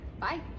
Bye